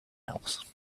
else